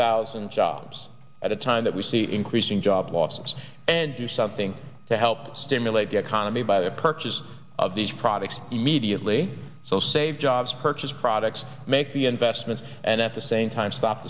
thousand jobs at a time that we see increasing job losses and do something to help stimulate the economy by the purchase of these products immediately so save jobs purchase products make the investments and at the same time stop